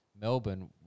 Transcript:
Melbourne